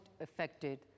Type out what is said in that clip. affected